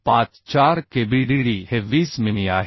454Kbdd हे 20मिमी आहे